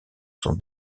son